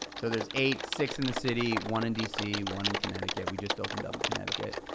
so there's eight, six in the city, one in dc, one in connecticut, we just opened up in connecticut.